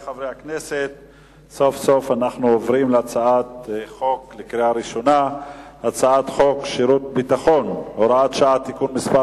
אנחנו עוברים להצעת חוק שירות ביטחון (הוראת שעה) (תיקון מס'